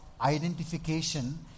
identification